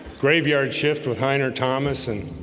graveyard shift with heiner thomas and